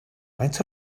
faint